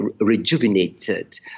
rejuvenated